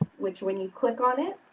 which when you click on it,